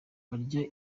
burya